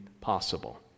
possible